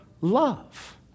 love